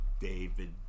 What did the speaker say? David